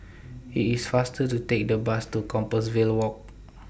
IT IS faster to Take The Bus to Compassvale Walk